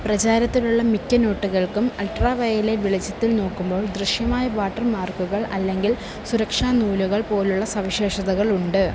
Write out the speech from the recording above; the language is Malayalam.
പ്രചാരത്തിലുള്ള മിക്ക നോട്ടുകൾക്കും അൾട്രാവയലറ്റ് വെളിച്ചത്തിൽ നോക്കുമ്പോൾ ദൃശ്യമായ വാട്ടർ മാർക്കുകൾ അല്ലെങ്കിൽ സുരക്ഷാ നൂലുകൾ പോലുള്ള സവിശേഷതകൾ ഉണ്ട്